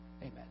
Amen